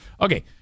Okay